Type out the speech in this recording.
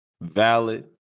valid